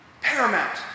Paramount